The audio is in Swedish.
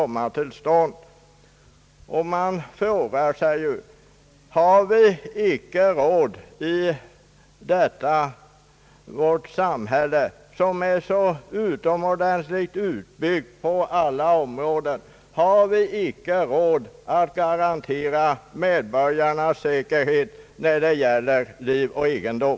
Man kan i detta sammanhang fråga sig om vi inte har råd i vårt samhälle, som är så utomordentligt utbyggt på alla områden, att garantera medborgarna säkerhet när det gäller liv och egendom.